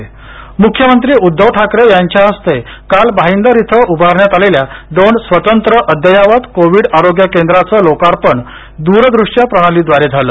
मुंबई मुख्यमंत्री उद्धव ठाकरे यांच्या हस्ते काल भाईदर इथं उभारण्यात आलेल्या दोन स्वतंत्र अद्ययावत कोविड आरोग्य केंद्रांचं लोकार्पण दुरदृष्य प्रणालीद्वारे झालं